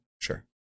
Sure